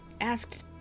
asked